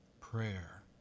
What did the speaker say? prayer